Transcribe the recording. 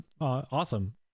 awesome